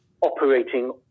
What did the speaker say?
operating